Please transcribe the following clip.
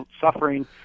suffering